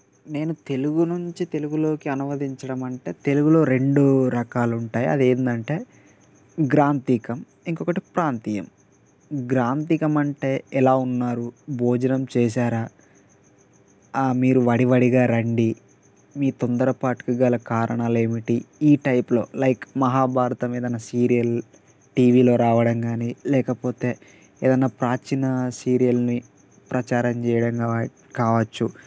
నేను తెలుగు నుంచి తెలుగులోకి అనువదించడం అంటే తెలుగులో రెండు రకాలు ఉంటాయి అది ఏంటంటే గ్రాంధికం ఇంకొకటి ప్రాంతీయం గ్రాంధికం అంటే ఎలా ఉన్నారు భోజనం చేసారా మీరు వడివడిగా రండి మీ తొందరపాటుకు గల కారణాలు ఏమిటి ఈ టైప్లో లైక్ మహాభారతం ఏదైనా సీరియల్ టీవీలో రావడం కానీ లేకపోతే ఏదైనా ప్రాచీన సీరియల్ని ప్రచారం చేయడం కావచ్చు